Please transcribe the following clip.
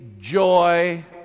joy